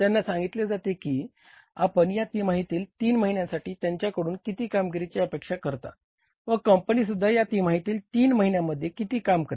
त्यांना सांगितले जाते की आपण या तिमाहीतील तीन महिन्यांसाठी त्यांच्याकडून किती कामगिरीची अपेक्षा करता व कंपनीसुद्धा या तिमाहीतील तीन महिन्यांमध्ये किती काम करेल